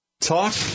Talk